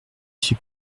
suis